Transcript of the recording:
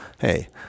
hey